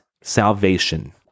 salvation